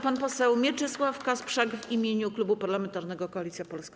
Pan poseł Mieczysław Kasprzak w imieniu Klubu Parlamentarnego Koalicja Polska.